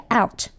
out